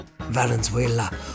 Valenzuela